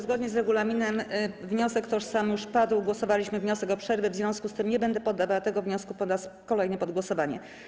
Zgodnie z regulaminem - wniosek tożsamy już padł, głosowaliśmy nad wnioskiem o przerwę, w związku z tym nie będę poddawała tego wniosku po raz kolejny pod głosowanie.